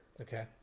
Okay